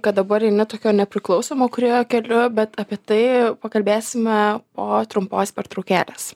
kad dabar eini tokio nepriklausomo kūrėjo keliu bet apie tai pakalbėsime po trumpos pertraukėlės